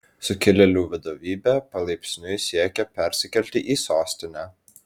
sukilėlių vadovybė palaipsniui siekia persikelti į sostinę